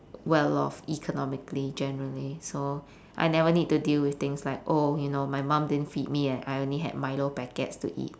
well off economically generally so I never need to deal with things like oh you know my mum didn't feed me and I only had milo packets to eat